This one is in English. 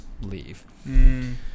leave